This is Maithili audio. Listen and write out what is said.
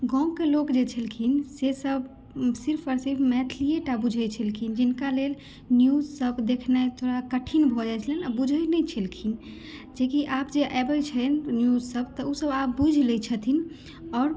गाँवके लोक जे छलखिन से सभ सिर्फ आओर सिर्फ मैथिलीयेटा बुझै छलखिन जिनका लेल न्यूज सभ देखनाइ थोड़ा कठिन भए जाइ छलनि आओर बुझै नहि छलखिन जेकि आब जे आबै छनि न्यूज सभ ओ सभ आब बुझि लै छथिन आओर